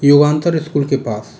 युगांतर school के पास